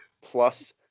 plus